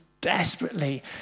desperately